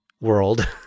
world